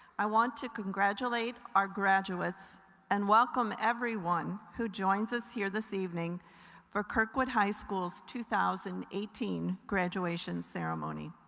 i want to congratulate our graduates and welcome everyone who joins us here this evening for kirkwood high school's two thousand and eighteen graduation ceremony.